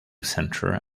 center